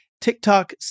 TikTok